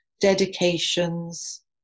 dedications